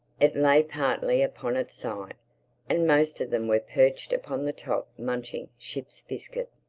it lay partly upon its side and most of them were perched upon the top munching ship's biscuit.